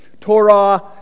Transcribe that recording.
Torah